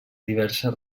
diverses